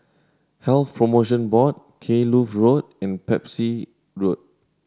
Health Promotion Board Kloof Road and Pepys Road